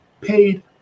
paid